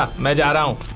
ah mrudang rao?